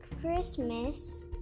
Christmas